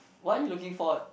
what are you looking for